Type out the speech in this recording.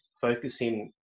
focusing